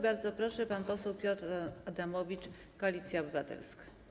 Bardzo proszę, pan poseł Piotr Adamowicz, Koalicja Obywatelska.